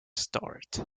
start